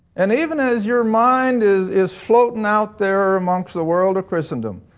and even as your mind is is floating out there among the world of christendom,